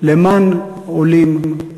למען עולים,